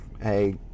hey